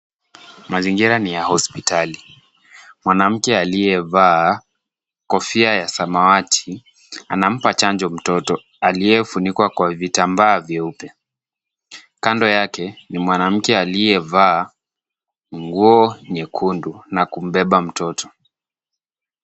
Mazingira ni ya hospitali. Mwanamke aliye vaa kofia ya samawati anampa chanjo mtoto, aliye funikwa kwa vitambaa vyeupe. Kando yake, ni mwanamke aliye vaa nguo nyekundu na kumbeba mtoto.